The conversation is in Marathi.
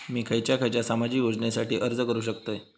मी खयच्या खयच्या सामाजिक योजनेसाठी अर्ज करू शकतय?